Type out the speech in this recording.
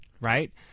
right